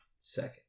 second